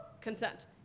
consent